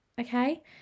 okay